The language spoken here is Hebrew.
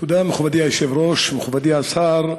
תודה, מכובדי היושב-ראש, מכובדי השר,